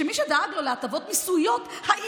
שמי שדאג לו להטבות מס היה אתה.